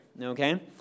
okay